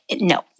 no